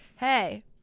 hey